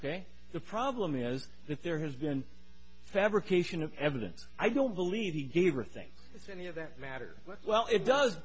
problem the problem is that there has been fabrication of evidence i don't believe he gave her things if any of that matter well it does